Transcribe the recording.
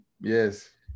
Yes